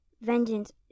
vengeance